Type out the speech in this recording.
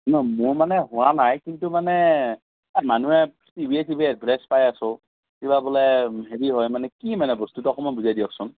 মোৰ মানে হোৱা নাই কিন্তু মানে মানুহে টিভিয়ে চিভিয়ে এডভাৰ্টাইজ পাই আছোঁ কিবা বোলে হেৰি হয় মানে কি মানে বস্তুটো অকণমান বুজাই দিয়কচোন